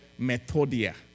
methodia